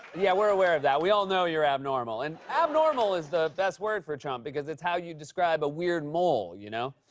yeah, we're aware of that. we all know you're abnormal. and abnormal is the best word for trump, because it's how you describe a weird mole, you know?